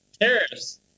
tariffs